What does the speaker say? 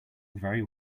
very